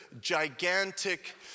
gigantic